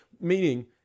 meaning